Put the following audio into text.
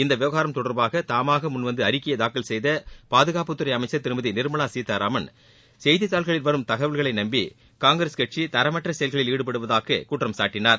இந்த விவகாரம் தொடர்பாக தாமாக முன்வந்து அழிக்கையை தாக்கல் செய்த பாதுகாப்புத் துறை அமைச்சர் திருமதி நிர்மலா சீதாராமன் செய்தித் தாள்களில் வரும் தகவல்களை நம்பி காங்கிரஸ் கட்சி தரமற்ற செயல்களில் ஈடுபடுவதாக குற்றம் சாட்டினார்